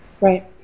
Right